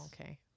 Okay